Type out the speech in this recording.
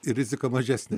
ir rizika mažesnė